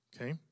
Okay